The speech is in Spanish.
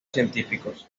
científicos